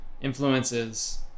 influences